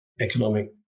Economic